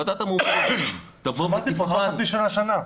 ועדת המומחים תבוא ותבחן --- שמעתי פה חצי שנה-שנה.